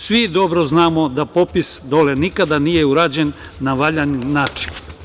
Svi dobro znamo da popis dole nikada nije urađen na valjan način.